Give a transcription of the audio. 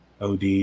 OD